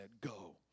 Go